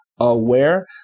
Aware